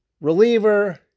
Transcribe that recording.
reliever